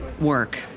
work